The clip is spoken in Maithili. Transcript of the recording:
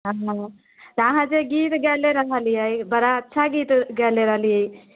हँ हँ अहाँ जे गीत गैले रहलियै बड़ा अच्छा गीत गैले रहलियै